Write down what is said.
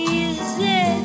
easy